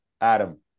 Adam